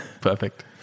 perfect